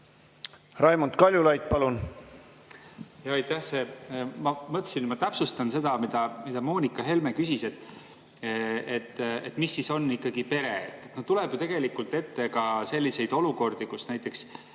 Raimond Kaljulaid, palun!